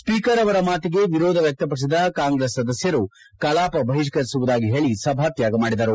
speaker ಅವರ ಮಾತಿಗೆ ವಿರೋಧ ವ್ಯಕ್ತಪಡಿಸಿದ ಕಾಂಗ್ರೆಸ್ ಸದಸ್ಯರು ಕಲಾಪ ಬಹಿಷ್ಕರಿಸುವುದಾಗಿ ಹೇಳಿ ಸಭಾತ್ಯಾಗ ಮಾಡಿದರು